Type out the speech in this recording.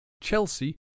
Chelsea